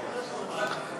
נתקבלה.